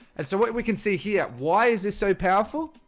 and so what we can see here, why is this so powerful?